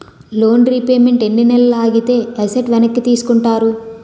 Loan repayment ఎన్ని నెలలు ఆగితే ఎసట్ వెనక్కి తీసుకుంటారు?